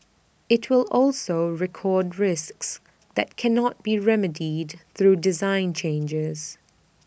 IT will also record risks that cannot be remedied through design changes